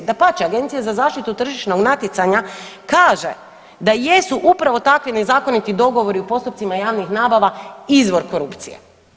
Dapače, Agencija za zaštitu tržišnog natjecanja kaže da jesu upravo takvi nezakoniti dogovori u postupcima javnih nabava izvor korupcije.